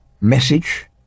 message